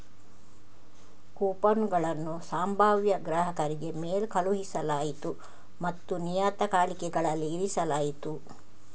ಕೂಪನುಗಳನ್ನು ಸಂಭಾವ್ಯ ಗ್ರಾಹಕರಿಗೆ ಮೇಲ್ ಕಳುಹಿಸಲಾಯಿತು ಮತ್ತು ನಿಯತಕಾಲಿಕೆಗಳಲ್ಲಿ ಇರಿಸಲಾಯಿತು